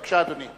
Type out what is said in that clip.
בבקשה, אדוני.